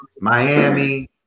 Miami